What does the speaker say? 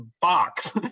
box